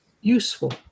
useful